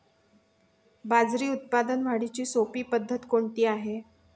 बाजरी उत्पादन वाढीची सोपी पद्धत कोणती आहे?